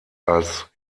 als